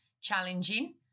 challenging